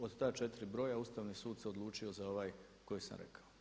Od ta četiri broja Ustavni sud se odlučio za ovaj koji sam rekao.